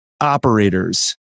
operators